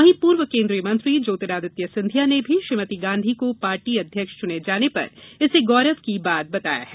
वहीं पूर्व केन्द्रीय मंत्री ज्योतिरादित्य सिंधिया ने भी श्रीमति गांधी को पार्टी अध्यक्ष चुने जाने पर इसे गौरव की बात बताया है